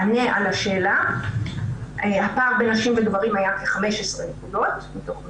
"ענה על השאלה הפער בין נשים לגברים היה כ-15 נקודות מתוך 100,